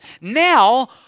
now